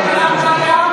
חברי הכנסת.